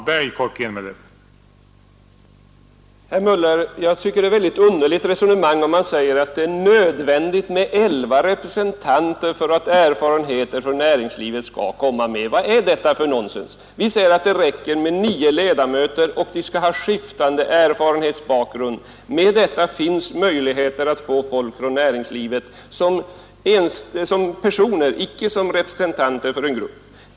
Herr talman! Jag tycker det är ett väldigt underligt resonemang, herr Möller i Göteborg, att säga att det är nödvändigt med elva representanter för att få erfarenheter från näringslivet. Vad är detta för nonsens? Vi säger att det räcker med nio ledamöter och att de skall ha skiftande erfarenhetsbakgrund. Härigenom finns möjligheter att få med folk från näringslivet som enskilda personer, icke som representanter för en grupp.